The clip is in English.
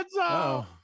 -oh